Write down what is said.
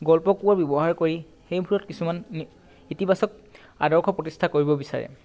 গল্প কোৱাৰ ব্যৱহাৰ কৰি সেইবোৰত কিছুমান নি ইতিবাচক আদৰ্শ প্ৰতিস্থা কৰিব বিচাৰে